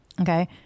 Okay